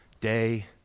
Day